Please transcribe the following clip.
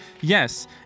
yes